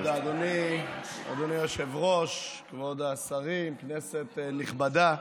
אדוני היושב-ראש, כבוד השרים, כנסת נכבדה,